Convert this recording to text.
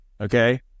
Okay